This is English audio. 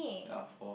ya for